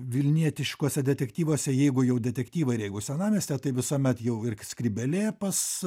vilnietiškuose detektyvuose jeigu jau detektyvai ir jeigu senamiestyje tai visuomet jau ir skrybėlė pas